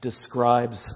describes